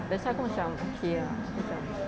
that's why aku macam okay ah aku macam